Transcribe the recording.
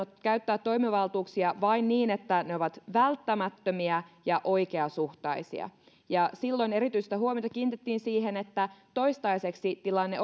käyttää toimivaltuuksia vain niin että ne ovat välttämättömiä ja oikeasuhtaisia ja silloin erityistä huomiota kiinnitettiin siihen että toistaiseksi tilanne